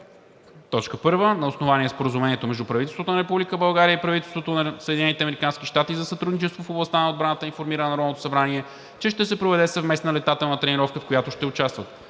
България: 1. На основание Споразумението между правителството на Република България и правителството на Съединените американски щати за сътрудничество в областта на отбраната информира Народното събрание, че ще се проведе съвместна летателна тренировка, в която ще участват: